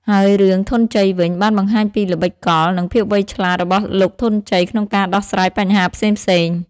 ហើយរឿង ធនញ្ជ័យវិញ បានបង្ហាញពីល្បិចកល និងភាពវៃឆ្លាតរបស់លោកធនញ្ជ័យក្នុងការដោះស្រាយបញ្ហាផ្សេងៗ។